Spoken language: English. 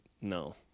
No